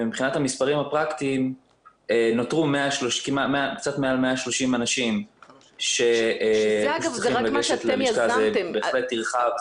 ומבחינת המספרים הפרקטיים נותרו קצת מעל 130 אנשים שצריכים לגשת ללשכה.